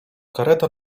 kareta